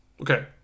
Okay